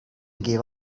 gave